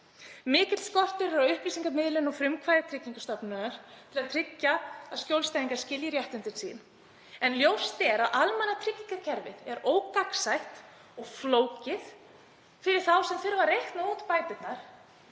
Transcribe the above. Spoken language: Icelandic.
Mikill skortur er á upplýsingamiðlun og frumkvæði Tryggingastofnunar til að tryggja að skjólstæðingar skilji réttindi sín. Ljóst er að almannatryggingakerfið er ógagnsætt og flókið fyrir þá sem þurfa að reikna út bæturnar,